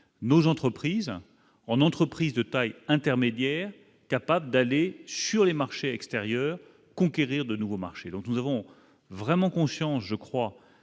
nos entreprises en entreprise de taille intermédiaire capable d'aller sur les marchés extérieurs conquérir de nouveaux marchés, donc nous avons vraiment conscients, je crois,